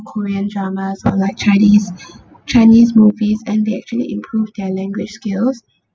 korean dramas or like chinese chinese movies and they actually improve their language skills